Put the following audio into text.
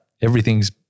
Everything's